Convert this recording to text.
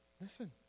Listen